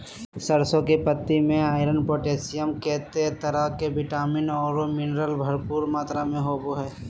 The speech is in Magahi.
सरसों की पत्ति में आयरन, पोटेशियम, केते तरह के विटामिन औरो मिनरल्स भरपूर मात्रा में होबो हइ